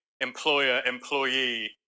employer-employee